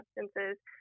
substances